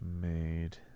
made